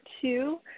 two